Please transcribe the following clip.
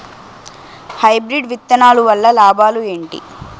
Hybrid విత్తనాలు వల్ల లాభాలు ఏంటి?